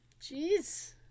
jeez